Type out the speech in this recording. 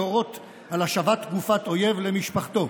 להורות על השבת גופת אויב למשפחתו.